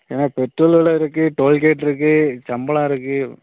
ஏன்னால் பெட்ரோல் வெலை இருக்குது டோல்கேட் இருக்குது சம்பளம் இருக்குது